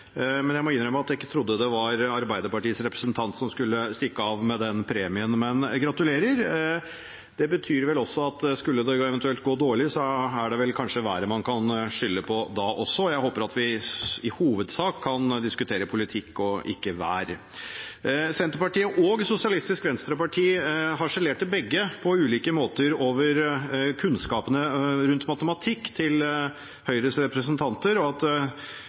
men gratulerer. Det betyr vel også at skulle det eventuelt gå dårlig, er det kanskje været man kan skylde på da også. Jeg håper vi i hovedsak kan diskutere politikk og ikke vær. Senterpartiet og SV harselerte begge på ulike måter over matematikkunnskapene til Høyres representanter – at man måtte finne frem kalkulatoren, og at